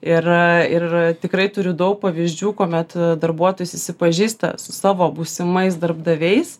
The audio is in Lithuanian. ir ir tikrai turiu daug pavyzdžių kuomet darbuotojai susipažįsta su savo būsimais darbdaviais